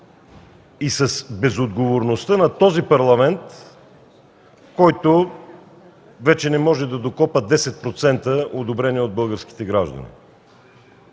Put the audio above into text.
и за безотговорността на този парламент, който вече не може да докопа 10% одобрение от българските граждани.